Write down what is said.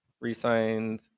re-signed